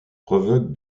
provoque